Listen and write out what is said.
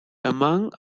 among